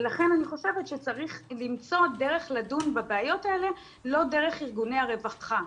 ולכן אני חושבת שצריך למצוא דרך לדון בבעיות האלה לא דרך ארגוני הרווחה,